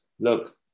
look